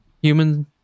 human